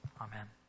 Amen